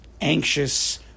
anxious